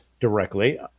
directly